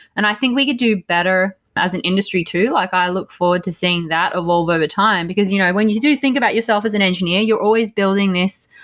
and i think we could do better as an industry too. like i look forward to seeing that evolve over time, because you know when you do think about yourself as an engineer, you're always building this.